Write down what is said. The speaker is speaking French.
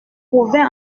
pouvais